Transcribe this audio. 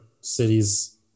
cities